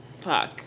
Fuck